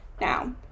now